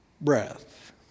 breath